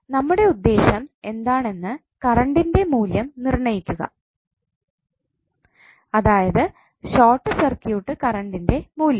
നമ്മുടെ ഉദ്ദേശം എന്താണെന്ന് കറണ്ടിൻറെ മൂല്യം നിർണയിക്കുക അതായത് ഷോർട്ട് സർക്യൂട്ട് കറണ്ടിൻറെ മൂല്യം